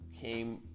came